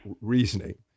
reasoning